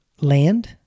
land